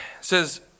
says